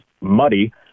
muddy